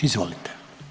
Izvolite.